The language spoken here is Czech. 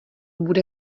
bude